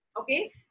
okay